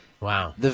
Wow